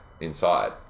inside